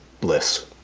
Bliss